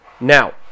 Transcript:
Now